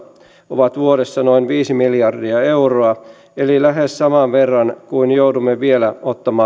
ovat vuodessa noin viisi miljardia euroa eli lähes saman verran kuin joudumme vielä